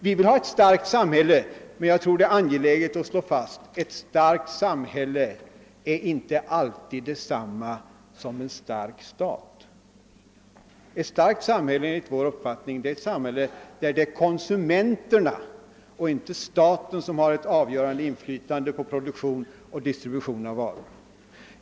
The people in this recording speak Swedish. Vi vill ha ett starkt samhälle, men jag tror det är angeläget att slå fast att ett starkt samhälle inte alltid är detsamma som en stark stat. Ett starkt samhälle är enligt vår uppfattning ett samhälle där konsumenterna, och inte staten, har ett avgörande inflytande på produktion och distribution av varorna.